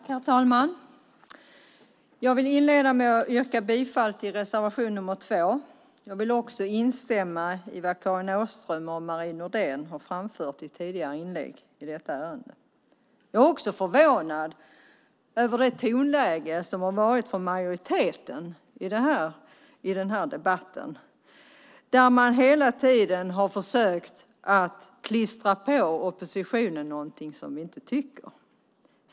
Herr talman! Jag vill inleda med att yrka bifall till reservation nr 2. Dessutom vill jag instämma i vad Karin Åström och Marie Nordén har framfört i tidigare inlägg i detta ärende. Jag är förvånad över tonläget i debatten från majoritetens sida där man hela tiden försöker klistra på oppositionen något som vi inte tycker.